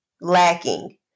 lacking